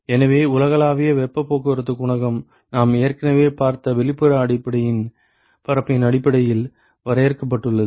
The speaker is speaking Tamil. எனவே உலகளாவிய வெப்பப் போக்குவரத்து குணகம் நாம் ஏற்கனவே பார்த்த வெளிப்புற பரப்பின் அடிப்படையில் வரையறுக்கப்பட்டுள்ளது